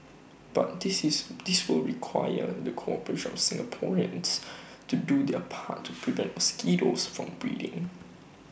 but this is this will require the cooperation of Singaporeans to do their part and prevent mosquitoes from breeding